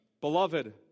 Beloved